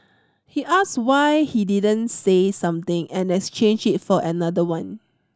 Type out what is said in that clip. he asked why he didn't say something and exchange it for another one